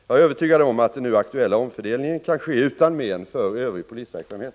Jag är övertygad om att den nu aktuella omfördelningen kan ske utan men för övrig polisverksamhet.